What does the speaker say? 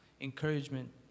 encouragement